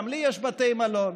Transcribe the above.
גם לי יש בתי מלון.